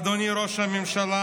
אדוני ראש הממשלה,